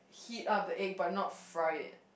heat up the egg but not fry it